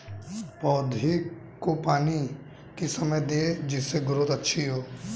पौधे को पानी किस समय दें जिससे ग्रोथ अच्छी हो?